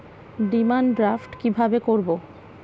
Demand draft কীভাবে করব?